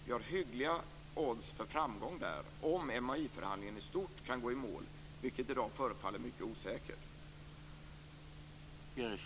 Vi har hyggliga odds för framgång på den punkten om MAI-förhandlingen i stort kan gå i mål, vilket i dag förefaller mycket osäkert.